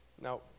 Now